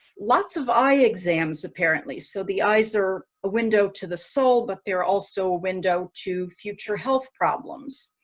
lots of eye exams, apparently. so the eyes are a window to the soul, but they're also a window to future health problems.